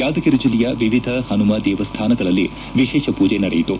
ಯಾದಗಿರಿ ಜೆಲ್ಲೆಯ ವಿವಿಧ ಪನುಮ ದೇವಸ್ಥಾನಗಳಲ್ಲಿ ವಿಶೇಷ ಪೂಜೆ ನಡೆಯಿತು